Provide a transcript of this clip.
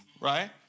right